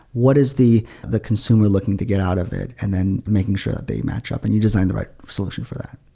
what is the the consumer looking to get out of it and then making sure that they match up? and you design the right solution for that